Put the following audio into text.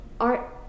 art